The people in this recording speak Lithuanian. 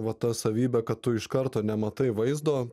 va ta savybe kad tu iš karto nematai vaizdo